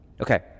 Okay